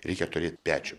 reikia turėt pečių